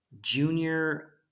junior